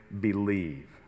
believe